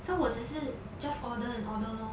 so 我只是 just order and order lor